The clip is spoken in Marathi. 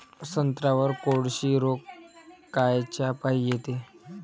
संत्र्यावर कोळशी रोग कायच्यापाई येते?